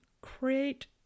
create